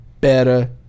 better